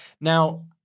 Now